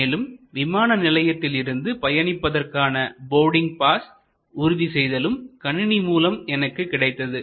மேலும் விமான நிலையத்திலிருந்து பயணிப்பதற்கான போர்டிங் பாஸ் உறுதி செய்தலும் கணினி மூலம் எனக்கு கிடைத்தது